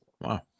Wow